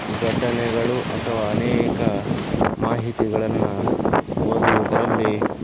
ಘಟನೆಗಳು ಅಥವಾ ಅನೇಕ ಮಾಹಿತಿಗಳನ್ನು ಓದುವುದರಲ್ಲಿ